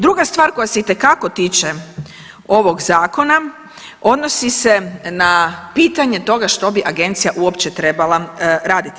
Druga stvar koja se itekako tiče ovog zakona odnosi se na pitanje toga što bi agencija uopće trebala raditi.